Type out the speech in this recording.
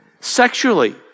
Sexually